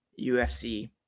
UFC